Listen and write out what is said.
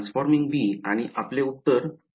Transforming b आणि आपले उत्तर